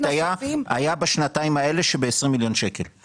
היה בשנתיים האלה ב-20 מיליון שקלים,